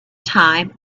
time